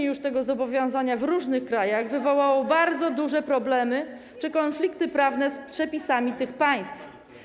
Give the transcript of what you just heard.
Wdrożenie tego zobowiązania w różnych krajach wywołało bardzo duże problemy czy też konflikty prawne z przepisami tych państw.